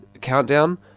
countdown